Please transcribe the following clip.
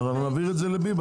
אנחנו נבהיר את זה לביבס.